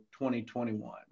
2021